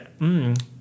mmm